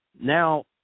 now –